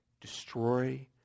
destroy